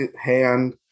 hand